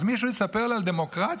אז מישהו יספר לי על דמוקרטיה?